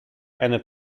and